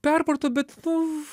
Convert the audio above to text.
perporto bet nu